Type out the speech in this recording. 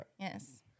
Yes